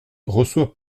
reçoit